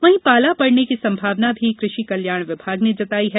वहीं पाला पड़ने की संभावना भी कृषि कल्याण विभाग ने जताई है